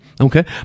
Okay